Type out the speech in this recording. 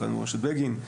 מרכז מורשת בגין,